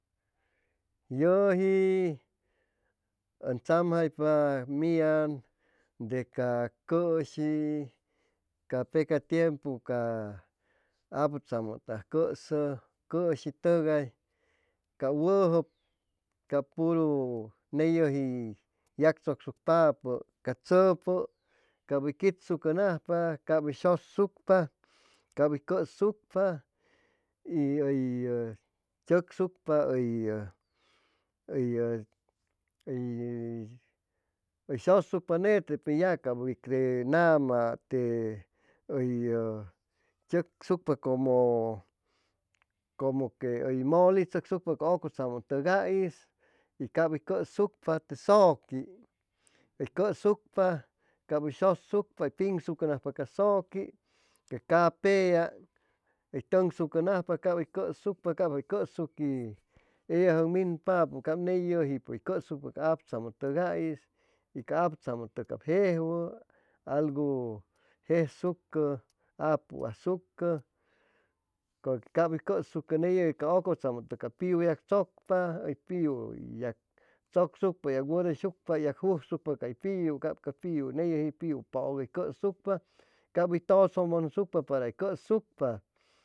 Yʉji ʉn tzamjaipa mian de ca cʉshi ca peca tiempu ca aputzamʉtʉgais hʉy cʉsa cʉshi tʉgay ca wʉjʉp cap puru ney yʉji yagchʉcsucpapʉ ca tzʉpʉ cap hʉy quitsucʉnajpa cap hʉy shʉsucpa cap hʉy cʉsucpa y hʉy tzʉqsucpa hʉy hʉy sʉsucpa nete pe ya cap hʉy te nama te hʉyʉ tzʉqsucpa como como que hʉy mole tzʉqsucpa ca ʉcʉtzamʉtʉgais y cap hʉy cʉsucpa te zʉqui hʉy cʉsucpa hʉy shʉsucpa hʉy piŋsucpa ca zʉqui ca capea'a hʉy tʉŋsucʉnajpa cap hʉy cʉsucpa cap jay cʉsuqui ca ellajʉb minpapʉ cap ney yʉjipʉ hʉy cʉsucpa ca aputzamʉtʉgais y ca aputzamʉtʉg jejwʉ algu jejsucʉ apu asucʉ cap hʉy cʉsucʉ ney yʉji ca acʉtzamʉ cao piu yagchʉcpa hʉy piu hʉy yagchʉcsucpa hʉy yagwʉdʉysucpa hʉy jujsucpa cay piu cap cay piuney yʉji piu pʉʉg hʉy cʉsucpa cap hʉy tʉsʉ múnsugpa pra hʉy cʉsugpa